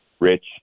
Rich